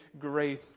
grace